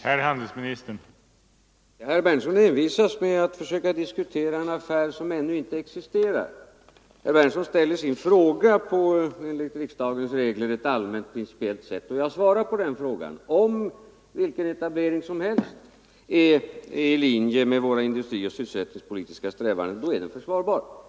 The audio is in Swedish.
Herr talman! Herr Berndtson envisas med att försöka diskutera en affär som ännu inte existerar. Enligt riksdagens regler ställer herr Berndtson sin fråga på ett allmänt principiellt sätt, och jag svarar på den frågan att vilken etablering som helst som är i linje med våra industrioch sysselsättningspolitiska strävanden är försvarbar.